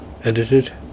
edited